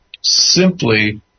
simply